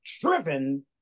driven